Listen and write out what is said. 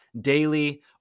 daily